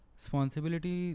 responsibility